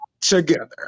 together